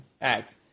act